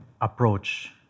approach